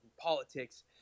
politics